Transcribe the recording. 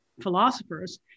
philosophers